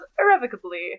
irrevocably